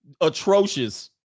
Atrocious